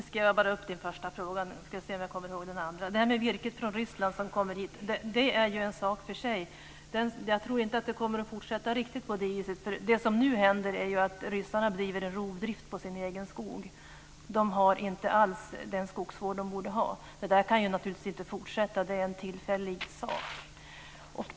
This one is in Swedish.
Herr talman! Virket från Ryssland som kommer hit är ju en sak för sig. Jag tror inte att det kommer att fortsätta på det viset. Ryssarna driver en rovdrift på sin egen skog. De har inte alls den skogsvård som de borde ha. Detta kan inte fortsätta, det är bara tillfälligt.